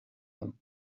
them